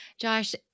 Josh